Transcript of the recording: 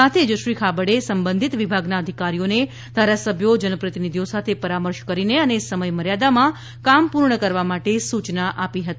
સાથે જ શ્રી ખાબડે સંબંધિત વિભાગના અધિકારીઓને ધારાસભ્યો જનપ્રતિનિધિ સાથે પરામર્શ કરીને અને સમયમર્યાદામાં કામ પૂર્ણ કરવા માટે સૂચના આપી હતી